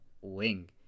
wing